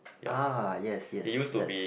ah yes yes that's